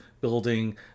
building